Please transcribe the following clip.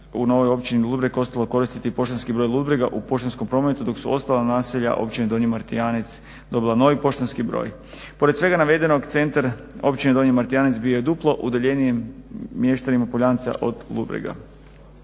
u novoj općini Ludbreg ostalo je koristiti poštanski broj od Ludbrega u poštanskom prometu, dok su ostala naselja općina Donji Martijanec dobila novi poštansko broj. Pored svega navedenog centar Općine Donji Martijanec bio je duplo udaljeniji mještanima Poljanca od Ludbrega.